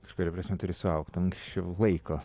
kažkuria prasme turi suaugt anksčiau laiko